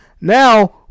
Now